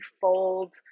fold